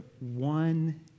one